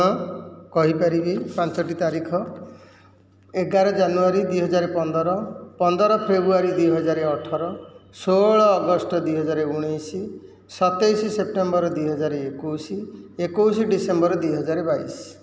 ହଁ କହିପାରିବି ପାଞ୍ଚଟି ତାରିଖ ଏଗାର ଜାନୁଆରୀ ଦୁଇହଜାର ପନ୍ଦର ପନ୍ଦର ଫେବ୍ରୁଆରୀ ଦୁଇହଜାର ଅଠର ଷୋହଳ ଅଗଷ୍ଟ ଦୁଇହଜାର ଉଣାଇଶ ସତେଇଶ ସେପ୍ଟେମ୍ବର ଦୁଇହଜାର ଏକୋଇଶ ଏକୋଇଶ ଡିସେମ୍ବର ଦୁଇହଜାର ବାଇଶ